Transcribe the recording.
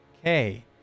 Okay